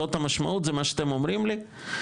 זאת המשמעות, זה מה שאתם אומרים לי.